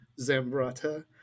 Zambrata